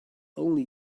only